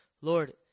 Lord